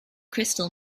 crystal